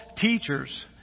teachers